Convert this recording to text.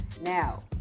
Now